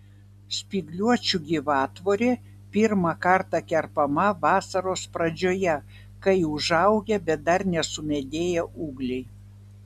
spygliuočių gyvatvorė pirmą kartą kerpama vasaros pradžioje kai užaugę bet dar nesumedėję ūgliai